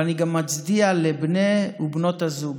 אבל אני גם מצדיע לבני ובנות הזוג,